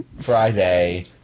Friday